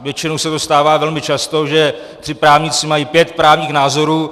Většinou se to stává velmi často, že tři právníci mají pět právních názorů.